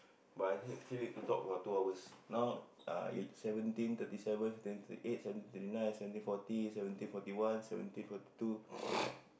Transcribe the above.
but I need still need to talk for two hours now ah it's seventeen thirty seven seventeen thirty eight seventeen thirty nine seventeen forty seventeen Forty One seventeen forty two